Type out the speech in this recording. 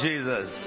Jesus